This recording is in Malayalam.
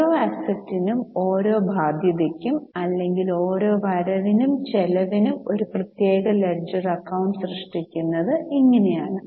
ഓരോ അസറ്റിനും ഓരോ ബാധ്യതയ്ക്കും അല്ലെങ്കിൽ ഓരോ വരവിനും ചെലവിനും ഒരു പ്രത്യേക ലെഡ്ജർ അക്കൌണ്ട് സൃഷ്ടിക്കുന്നത് ഇങ്ങനെയാണ്